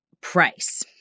price